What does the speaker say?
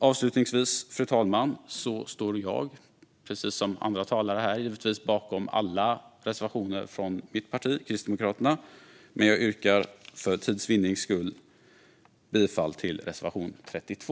Avslutningsvis, fru talman, står jag precis som andra talare här givetvis bakom alla reservationer från mitt parti, Kristdemokraterna, men jag yrkar för tids vinning bifall endast till reservation 32.